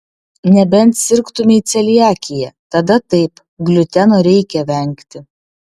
nebent sirgtumei celiakija tada taip gliuteno reikia vengti